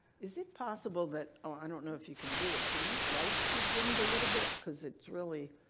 is it possible that. i don't know if you can do it. can these lights be dimmed a little bit, because it's really.